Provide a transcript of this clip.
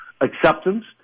acceptance